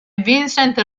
vincent